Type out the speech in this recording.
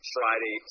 Friday